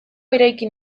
eraikin